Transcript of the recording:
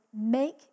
make